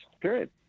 period